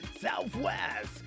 southwest